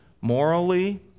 morally